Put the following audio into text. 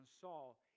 Saul